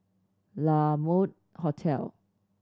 La Mode Hotel